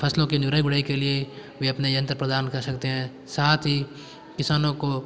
फसलों के निराई गुड़ाई के लिए मैं अपने यंत्र प्रदान कर सकते हैं साथ ही किसानों को